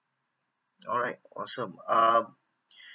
alright awesome um